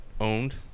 owned